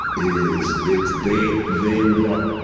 is, it's they, they want,